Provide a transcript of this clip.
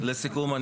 לסיכום,